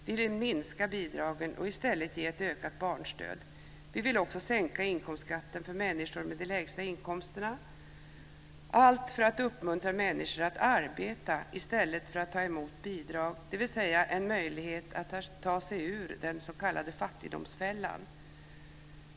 Vi vill minska bidragen och i stället ge ett ökat barnstöd. Vi vill också sänka inkomstskatten för människor med de lägsta inkomsterna - allt för att uppmuntra människor att arbeta i stället för att ta emot bidrag, dvs. en möjlighet att ta sig ur den s.k. fattigdomsfällan.